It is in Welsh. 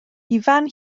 ifan